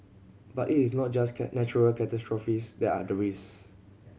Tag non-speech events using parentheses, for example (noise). but it is not just (unintelligible) natural catastrophes that are (unintelligible)